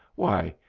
why,